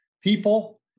people